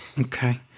okay